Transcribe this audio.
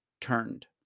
turned